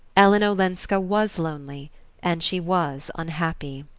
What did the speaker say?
ellen olenska was lonely and she was unhappy.